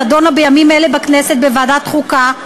הנדונה בימים אלה בכנסת בוועדת החוקה,